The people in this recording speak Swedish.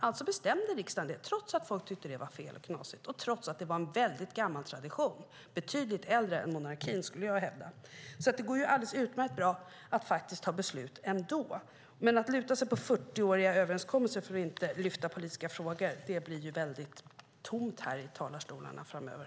Alltså bestämde riksdagen det trots att folk tyckte att det var fel och knasigt, och trots att det var en väldigt gammal tradition - betydligt äldre än monarkin, skulle jag hävda. Det går utmärkt bra att ta beslut ändå. Men om vi ska luta oss mot 40-åriga överenskommelser för att inte lyfta upp politiska frågor blir det kanske väldigt tomt här i talarstolarna framöver.